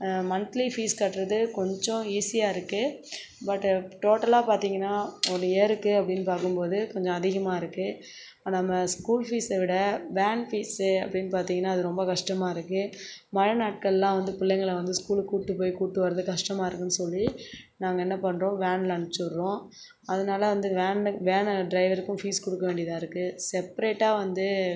monthly fees கட்டுறது கொஞ்சம் ஈஸியாருக்கு பட் டோட்டலாக பார்த்தீங்கனா ஒரு இயர்க்கு அப்படினு பார்க்கும் போது கொஞ்சம் அதிகமாருக்கு நம்ம ஸ்கூல் ஃபீஸ்ஸை விட வேன் ஃபீஸ்ஸு அப்படினு பார்த்தீங்கனா அது ரொம்ப கஷ்டமாயிருக்கு மழை நாட்களெலாம் வந்து பிள்ளைங்கள வந்து ஸ்கூலுக்கு கூட்டுபோய் கூட்டு வரது கஷ்டமாருக்குனு சொல்லி நாங்கள் என்ன பண்ணுறோம் வேனில் அனுச்சிவுட்றோம் அதனால வந்து வேனு வேனு டிரைவருக்கும் ஃபீஸ் குடுக்க வேண்டியதாக இருக்குது செப்ரேட்டாக வந்து